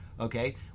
Okay